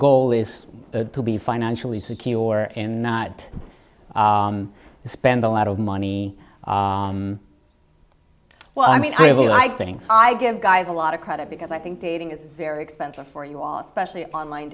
goal is to be financially secure in the spend a lot of money well i mean i think i give guys a lot of credit because i think dating is very expensive for you all especially online